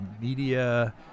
Media